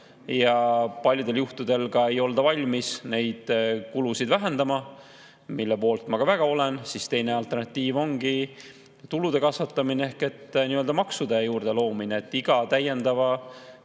ja paljudel juhtudel ei olda valmis neid kulusid vähendama, mille poolt ma ka väga [oleksin]. Alternatiiv ongi tulude kasvatamine ehk maksude juurdeloomine. Iga täiendava